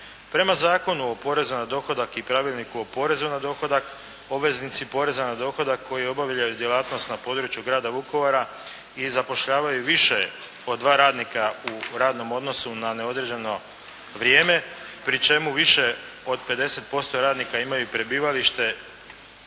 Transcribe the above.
Prema Zakonu o porezu na dohodak i Pravilniku o porezu na dohodak obveznici poreza na dohodak koji obavljaju djelatnost na području grada Vukovara i zapošljavaju više od 2 radnika u radnom odnosu na neodređeno vrijeme pri čemu više od 50% radnika imaju prebivalište